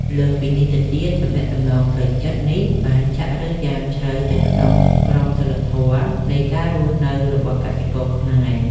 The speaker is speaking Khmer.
លើសពីនេះទៅទៀត ទំនាក់ទំនងផ្លូវចិត្តនេះបានចាក់ឫសយ៉ាងជ្រៅទៅក្នុងក្រមសីលធម៌នៃការរស់នៅរបស់កសិករខ្មែរ។